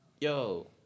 Yo